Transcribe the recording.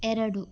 ಎರಡು